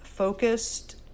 Focused